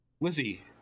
lizzie